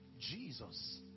Jesus